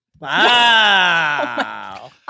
Wow